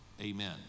Amen